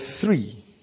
three